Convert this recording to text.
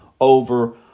over